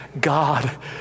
God